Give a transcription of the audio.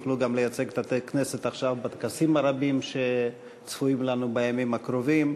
יוכלו גם לייצג את הכנסת עכשיו בטקסים הרבים שצפויים לנו בימים הקרובים,